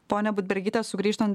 ponia budbergyte sugrįžtant